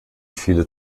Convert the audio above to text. viele